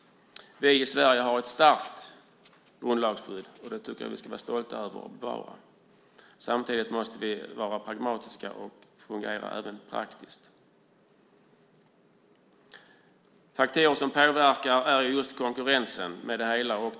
Vi i Sverige har ett starkt grundlagsskydd. Det tycker jag att vi ska vara stolta över. Samtidigt måste vi vara pragmatiska och fungera även praktiskt. Faktorer som påverkar är just konkurrensen.